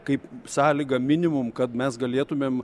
kaip sąlyga minimum kad mes galėtumėm